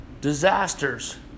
Disasters